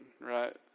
right